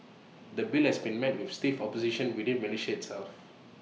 the bill has been met with stiff opposition within Malaysia itself